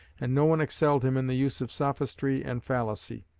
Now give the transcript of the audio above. and no one excelled him in the use of sophistry and fallacy.